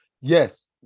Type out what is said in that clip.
yes